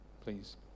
please